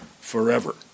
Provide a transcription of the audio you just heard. forever